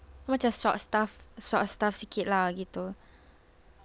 macam short staff short staff sikit lah gitu